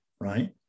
right